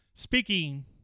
Speaking